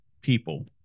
people